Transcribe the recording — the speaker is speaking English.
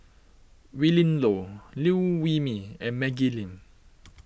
Willin Low Liew Wee Mee and Maggie Lim